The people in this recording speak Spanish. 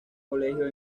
colegio